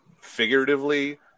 figuratively